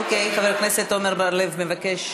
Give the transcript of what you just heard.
אוקיי, חבר הכנסת עמר בר-לב מבקש